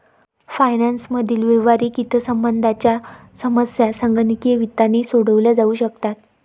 finance मधील व्यावहारिक हितसंबंधांच्या समस्या संगणकीय वित्ताने सोडवल्या जाऊ शकतात